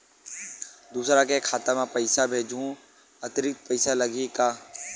दूसरा के खाता म पईसा भेजहूँ अतिरिक्त पईसा लगही का?